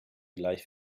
gleich